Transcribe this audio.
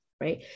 right